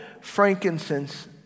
frankincense